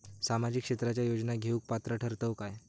सामाजिक क्षेत्राच्या योजना घेवुक पात्र ठरतव काय?